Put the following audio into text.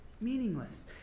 meaningless